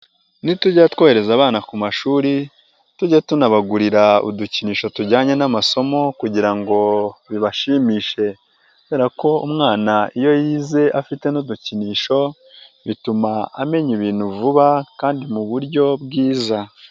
Nitujya twohereza abana ku mashuri tujye, tunabagurira udukinisho tujyanye n'amasomo, kugira ngo bibashimishe. Kubera ko umwana iyo yize afite n'udukinisho, bituma amenya ibintu vuba kandi mu buryo bwiza.